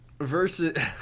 Versus